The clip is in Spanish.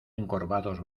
encorvados